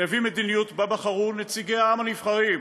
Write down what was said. שהביא מדיניות שבה בחרו נציגי העם הנבחרים,